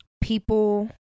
people